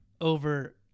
over